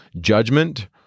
judgment